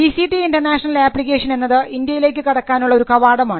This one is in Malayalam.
P C T international application എന്നത് ഇന്ത്യയിലേക്ക് കടക്കാനുള്ള ഒരു കവാടമാണ്